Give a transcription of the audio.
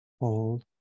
Hold